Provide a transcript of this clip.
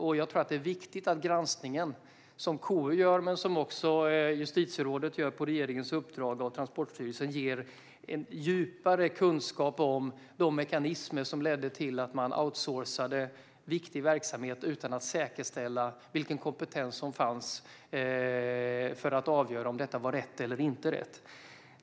Och jag tror att det är viktigt att den granskning som KU gör, men som också justitierådet gör på regeringens uppdrag av Transportstyrelsen, ger en djupare kunskap om de mekanismer som ledde till att man outsourcade viktig verksamhet utan att säkerställa vilken kompetens som fanns för att avgöra om detta var rätt eller inte rätt.